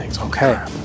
okay